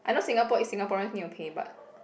I know Singapore is Singaporeans need to pay but